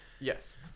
yes